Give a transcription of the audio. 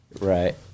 Right